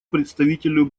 представителю